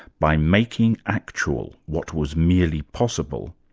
by making actual what was merely possible,